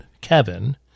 Kevin